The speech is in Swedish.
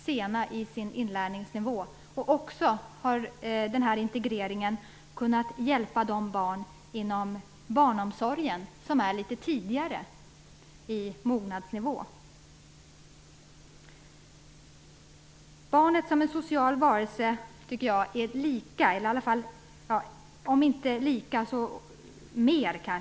Denna integrering har inom barnomsorgen också lett till att man kunnat hjälpa barn som tidigt fått en hög mognadsnivå. Barnets sociala nivå är kanske viktigare än inlärningsförmågan.